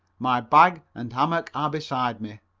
my bag and hammock are beside me.